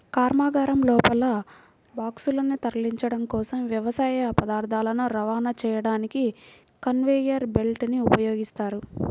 కర్మాగారం లోపల బాక్సులను తరలించడం కోసం, వ్యవసాయ పదార్థాలను రవాణా చేయడానికి కన్వేయర్ బెల్ట్ ని ఉపయోగిస్తారు